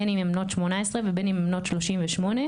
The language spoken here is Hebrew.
בין אם הן בנות 18 ובין אם הן בנות 38,